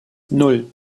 nan